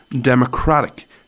democratic